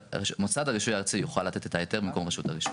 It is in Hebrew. מוסד הרישוי הארצי יוכל לתת את ההיתר במקום רשות הרישוי.